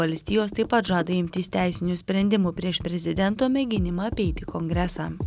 valstijos taip pat žada imtis teisinių sprendimų prieš prezidento mėginimą apeiti kongresą